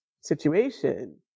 situation